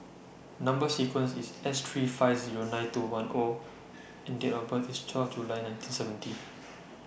Number sequence IS S three five Zero nine two one O and Date of birth IS twelve July nineteen seventy